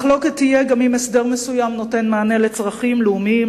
מחלוקת תהיה גם אם הסדר מסוים נותן מענה לצרכים לאומיים,